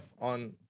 on